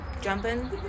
jumping